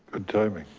good timing.